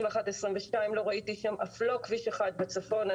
2021-2022 ולא ראיתי שם אפילו כביש אחד בצפון.